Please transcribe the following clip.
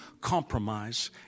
compromise